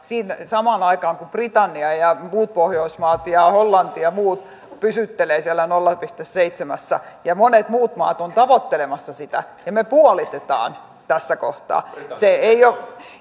samaan aikaan kun britannia muut pohjoismaat hollanti ja muut pysyttelevät siellä nolla pilkku seitsemässä ja monet muut maat ovat tavoittelemassa sitä ja me puolitamme tässä kohtaa